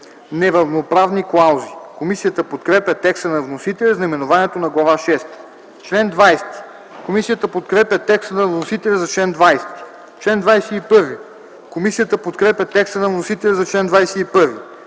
Неравноправни клаузи”. Комисията подкрепя текста на вносителя за наименованието на Глава шеста. Комисията подкрепя текста на вносителя за чл. 20. Комисията подкрепя текста на вносителя за чл. 21.